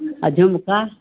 आ झुमका